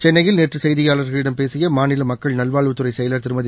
சென்னையில் நேற்று செய்தியாளர்களிடம் பேசிய மாநில மக்கள் நல்வாழ்வுத்துறை செயலர் திருமதி